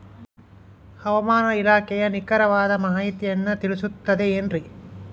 ಹವಮಾನ ಇಲಾಖೆಯ ನಿಖರವಾದ ಮಾಹಿತಿಯನ್ನ ತಿಳಿಸುತ್ತದೆ ಎನ್ರಿ?